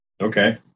Okay